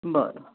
बरं